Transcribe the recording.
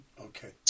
Okay